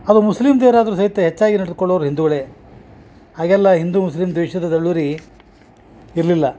ಅದು ಮುಸ್ಲಿಮ್ ದೇವ್ರಾದರು ಸಹಿತ ಹೆಚ್ಚಾಗಿ ನಡ್ದುಕೊಳ್ಳೋರು ಹಿಂದುಗಳೆ ಆಗೆಲ್ಲ ಹಿಂದು ಮುಸ್ಲಿಮ್ ದ್ವೇಷದ ದಳ್ಳುರಿ ಇರಲಿಲ್ಲ